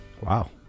Wow